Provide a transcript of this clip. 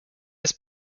his